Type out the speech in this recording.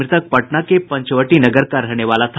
मृतक पटना के पंचवटी नगर का रहने वाले था